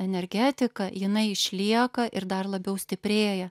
energetiką jinai išlieka ir dar labiau stiprėja